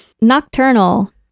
nocturnal